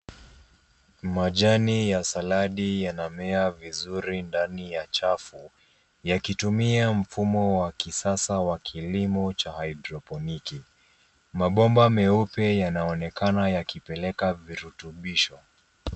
Majani ya saladi yanamea vizuri ndani ya chafu yakitumia mfumo wa kisasa ya kilimo cha hidroponiki. Mabomba meupe yanaonekana yakipeleka virutubisho.